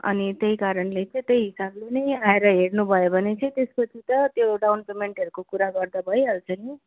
अनि त्यही कारणले चाहिँ त्यही हिसाबले नै आएर हेर्नुभयो भने चाहिँ त्यसको सित त्यो डाउन पेमेन्टहरूको कुरा गर्दा भइहाल्छ नि